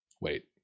Wait